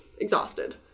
exhausted